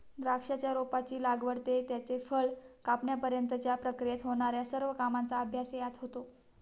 द्राक्षाच्या रोपाची लागवड ते त्याचे फळ कापण्यापर्यंतच्या प्रक्रियेत होणार्या सर्व कामांचा अभ्यास यात होतो